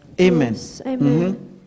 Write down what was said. amen